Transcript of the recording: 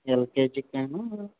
LKG గాను